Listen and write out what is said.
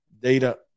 data